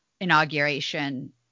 Inauguration